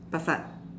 Passat